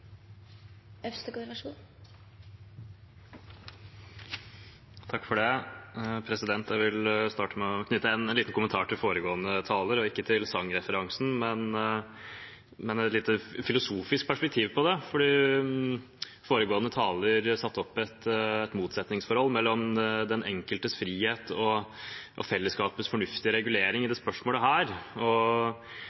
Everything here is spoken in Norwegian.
Jeg vil starte med å knytte en liten kommentar til foregående taler, ikke til sangreferansen, men jeg vil ha et lite, filosofisk perspektiv på det. Foregående taler satte opp et motsetningsforhold mellom den enkeltes frihet og fellesskapets fornuftige reguleringer i